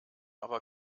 aber